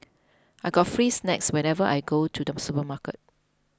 I get free snacks whenever I go to the supermarket